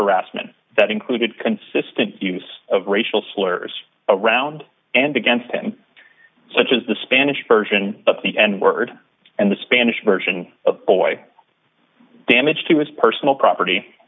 harassment that included consistent use of racial slurs around and against him such as the spanish version of the n word and the spanish version of boy damage to his personal property